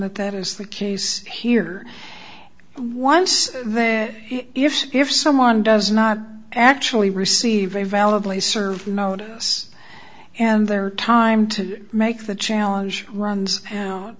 that that is the case here once that if if someone does not actually receive a valid place serve no us and their time to make the challenge runs out